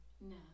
No